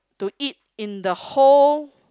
to eat in the whole